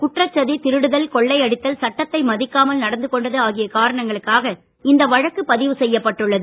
குற்ற சதி திருடுதல் கொள்ளையடித்தல் சட்டத்தை மதிக்காமல் நடந்து கொண்டது ஆகிய காரணங்களுக்காக இந்த வழக்கு பதிவு செய்யப்பட்டுள்ளது